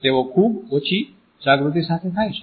તેઓ ખૂબ ઓછી જાગૃતિ સાથે થાય છે